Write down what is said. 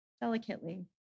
delicately